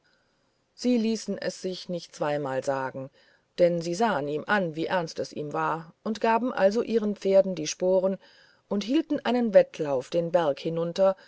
sie ließen es sich nicht zweimal sagen denn sie sahen ihm an wie ernst es ihm war sie gaben also ihren pferden die sporen und hielten einen wettlauf den berg hinunter